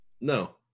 No